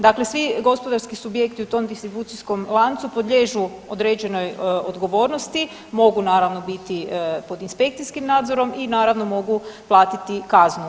Dakle, svi gospodarski subjekti u tom distribucijskom lancu podliježu određenoj odgovornosti, mogu naravno biti pod inspekcijskim nadzorom i naravno mogu platiti kaznu.